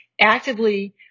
actively